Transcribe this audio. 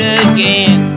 again